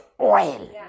oil